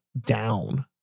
down